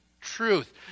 truth